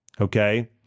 okay